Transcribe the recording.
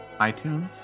iTunes